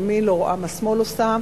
ימין לא רואה מה יד שמאל עושה,